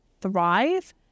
thrive